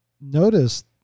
notice